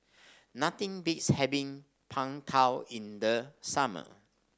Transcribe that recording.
nothing beats having Png Tao in the summer